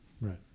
Right